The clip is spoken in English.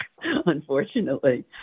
unfortunately